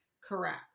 correct